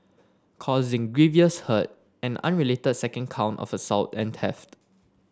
causing grievous hurt an unrelated second count of assault and theft